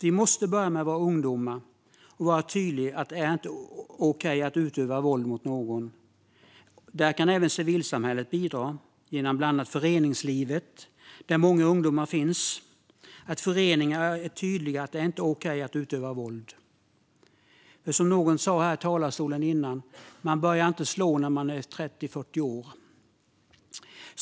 Vi måste börja med våra ungdomar och vara tydliga med att det inte är okej att utöva våld mot någon. Där kan civilsamhället bidra genom att bland annat föreningslivet, där ju många ungdomar finns, är tydligt med att det inte är okej att utöva våld. Som någon sa här i talarstolen tidigare börjar man inte slå när man är 30-40 år.